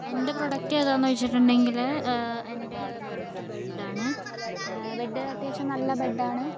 എൻ്റെ പ്രൊഡക്റ്റ് ഏതാണെന്ന് വെച്ചിട്ടുണ്ടെങ്കിൽ എൻറെ പ്രോഡക്റ്റ് ബെഡ് ആണ് ബെഡ് അത്യാവശ്യം നല്ല ബെഡ് ആണ്